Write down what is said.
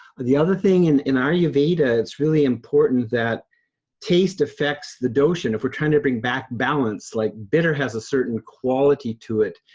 the other thing and in ayurveda, it's really important that taste affects the dosha. if we're trying to bring back balance, like bitter has a certain quality to it,